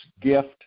gift